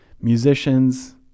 musicians